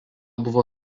buvo